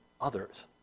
others